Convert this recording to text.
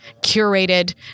curated